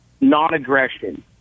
non-aggression